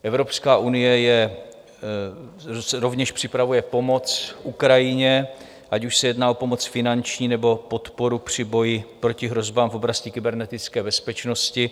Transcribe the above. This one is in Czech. Evropská unie rovněž připravuje pomoc Ukrajině, ať už se jedná o pomoc finanční, nebo o podporu při boji proti hrozbám v oblasti kybernetické bezpečnosti.